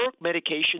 medication